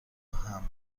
حمل